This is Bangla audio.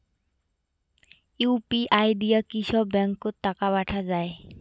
ইউ.পি.আই দিয়া কি সব ব্যাংক ওত টাকা পাঠা যায়?